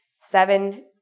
seven